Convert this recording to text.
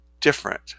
different